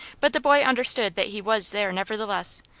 but the boy understood that he was there, nevertheless,